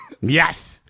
Yes